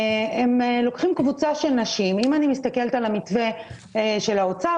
הם לוקחים קבוצה של נשים - אם אני מסתכלת על המתווה של האוצר